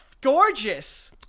gorgeous